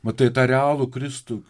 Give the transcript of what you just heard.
matai tą realų kristų